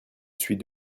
suis